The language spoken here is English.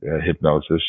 hypnosis